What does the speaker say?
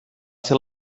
ser